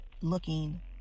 looking